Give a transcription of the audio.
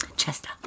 Chester